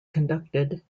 conducted